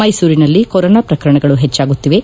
ಮೈಸೂರಿನಲ್ಲಿ ಕೊರೊನಾ ಪ್ರಕರಣಗಳು ಪೆಚ್ಚಾಗುತ್ತಿವೆ